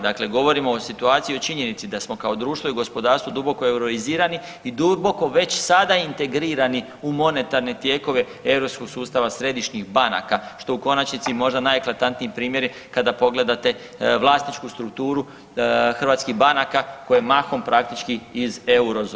Dakle, govorimo o situaciji i o činjenici da smo kao društvo i gospodarstvo duboko euroizirani i duboko već sada integrirani u monetarne tijekove europskog sustava središnjih banaka, što je u konačnici možda najeklatantniji primjer kada pogledate vlasničku strukturu hrvatskih banaka koje mahom praktički iz Eurozone.